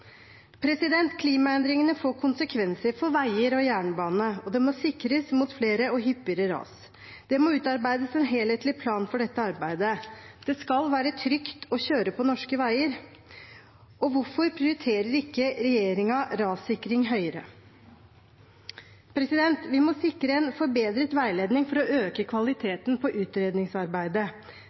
Klimaendringene får konsekvenser for veier og jernbane, og det må sikres mot flere og hyppigere ras. Det må utarbeides en helhetlig plan for dette arbeidet. Det skal være trygt å kjøre på norske veier. Hvorfor prioriterer ikke regjeringen rassikring høyere? Vi må sikre en forbedret veiledning for å øke kvaliteten på utredningsarbeidet.